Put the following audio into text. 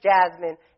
Jasmine